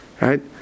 right